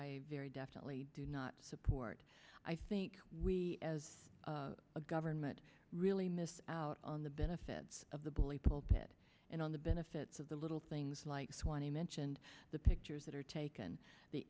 i very definitely do not support i think we as a government really missed out on the benefits of the bully pulpit and on the benefits of the little things like twenty mentioned the pictures that are taken the